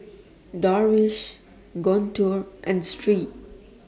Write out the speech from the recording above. Darwish Guntur and Sri